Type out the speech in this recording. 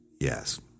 Yes